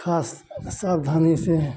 खास सावधानी से